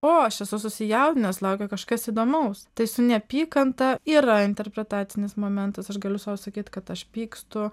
o aš esu susijaudinęs laukia kažkas įdomaus tai su neapykanta yra interpretacinis momentas aš galiu sau sakyt kad aš pykstu